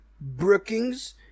Brookings